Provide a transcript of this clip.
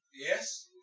Yes